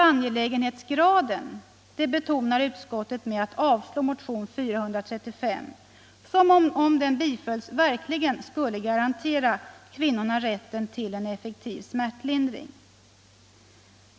Angelägenhetsgraden betonar utskottet med att avslå motionen 435, som, om den bifölles, verkligen skulle garantera kvinnorna rätten till effektiv smärtlindring.